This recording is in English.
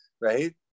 right